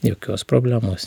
jokios problemos